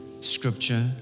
scripture